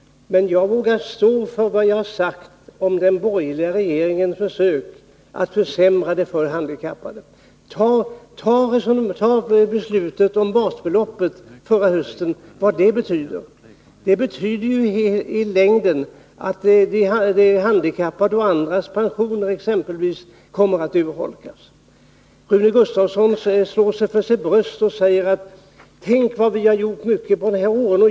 Men jag vågar stå för vad jag sagt om den borgerliga regeringens försök att försämra det för de handikappade. Ta t.ex. vad beslutet om basbeloppet förra hösten betyder. Det betyder i längden att exempelvis pensionerna för handikappade och andra kommer att urholkas. Rune Gustavsson slår sig för sitt bröst och säger: Tänk vad vi har gjort mycket på de här åren.